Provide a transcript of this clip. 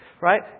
Right